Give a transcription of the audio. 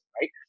right